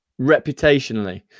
reputationally